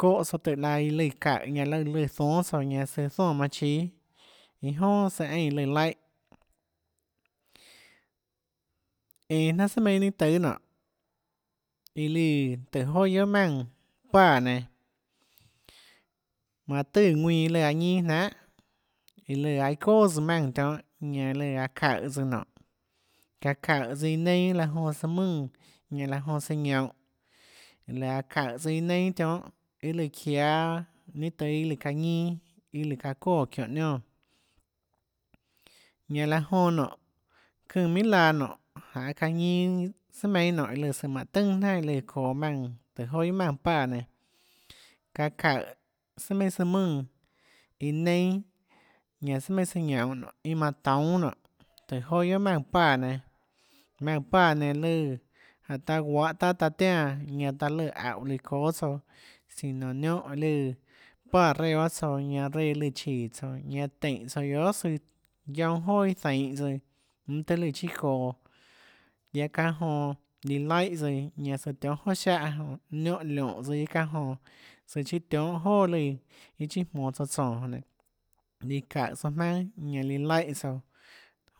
Kóhã tsouã tùhå laã lùã iã çaùhå ñanã láhã lùã zónâ tsouã ñanã søã zónã manã chíâ iâ jonà søã eínã lùã laíhã enå jnanà sùà meinhâ ninã tùâ nonê iâ líã tùhå joà guiohà maùnã páã nenã manã tùã ðuinã iã lùã ñinâ jnanhà iã lùã aå iâ çoà tsøã maùnã tionhâ ñanã ñanã lùã aã çaùhå tsøã nonê çaã çaùhå tsøã iã neinâ laã laã jonã søã mùnã ñanã laã jonã søã ñounhå laã çaùhå tsøã iã neinâ tionhâ iâ lùã çiáâ ninâ tùâ iâ lùã çaã ninâ iâ lùã çaã çóã çiónhå niónã ñanã laã jonã nionê çønã minhà laã nonê janê çaã ñinâ tsùà meinhà nonê iãlùã søã mánhå tønà jnanà lùã çoê maùnã tùhå joà guiohà maùnã páã nenã çaã çaùhå tsùà meinhâ søã mùnã iã neinâ ñanã sùà meinhâ søã ñounhå nonê iâ manã toúnâ nonê tùhå joà guiohà maùnã páã nenã maùnã páã nenã lùã jánhå taã guahå taâ taã tiánã ñanã taã lùã aúhå lùã çóâ tsouã sino niónhã lùã páã reã bahâ tsouã ñanã reã líã chíå tsouã ñanã teínhå tsouã guiohà søã guionâ joà iâ zainhå tsøã mønâ tøhê lùã chiâ çoå guiaâ çáhã jonã líã laíhã tsøã ñanã tsøã tionhâ joà siáhã jonã niónhã liónhå tsøã çánhã jonã søâ chiâ tionhâ joà lùã iâ chiâ jmonå tsouã tsónå jonã nénå líã çaùhå tsouã jmaønâ ñanã líã laíhã tsouã